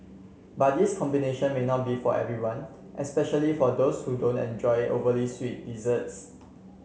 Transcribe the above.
but this combination may not be for everyone especially for those who don't enjoy overly sweet desserts